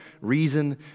reason